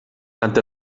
tant